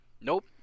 Nope